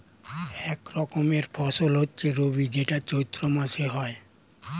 এক রকমের ফসল হচ্ছে রবি যেটা চৈত্র মাসে হয়